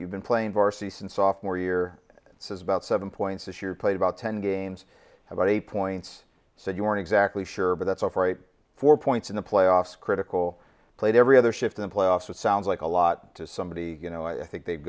you've been playing varsity since off more year says about seven points this year played about ten games about eight points so you weren't exactly sure but that's all for eight four points in the playoffs critical played every other shift in the playoffs which sounds like a lot to somebody you know i think they